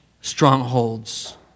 strongholds